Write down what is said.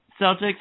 Celtics